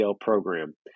program